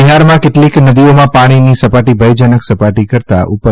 બિહારમાં કેટલીક નદીઓમાં પાણીની સપાટી ભયજનક સપાટી કરતાં ઉપર